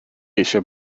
eisiau